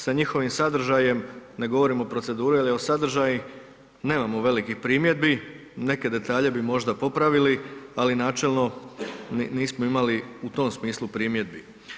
Sa njihovim sadržajem, ne govorimo o procedurom, ali o sadržaju nemamo velikih primjedbi, neke detalje bi možda popravili, ali načelno nismo imali u tom smislu primjedbi.